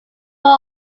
more